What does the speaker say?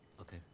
Okay